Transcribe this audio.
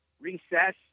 recess